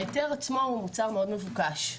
ההיתר עצמו הוא מוצר מאוד מבוקש.